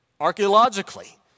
archaeologically